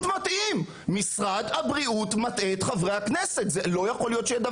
אם מערכת הבריאות בישראל בימים של שיאי